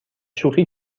شوخی